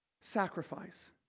sacrifice